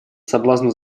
соблазну